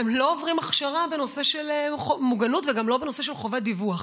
לא עוברים הכשרה בנושא מוגנות וגם לא בנושא חובת דיווח.